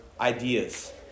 ideas